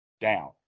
down